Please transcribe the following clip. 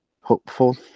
hopeful